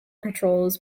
patrols